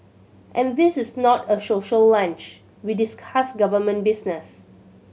and this is not a social lunch we discuss government business